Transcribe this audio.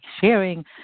sharing